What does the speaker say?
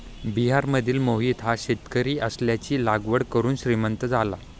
बिहारमधील मोहित हा शेतकरी आल्याची लागवड करून श्रीमंत झाला